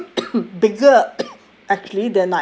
it was a bit bigger